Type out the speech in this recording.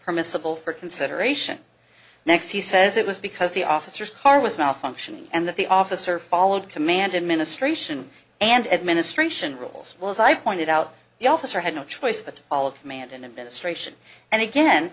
permissible for consideration next he says it was because the officers car was malfunctioning and that the officer followed command in ministration and administration rules well as i pointed out the officer had no choice but to all of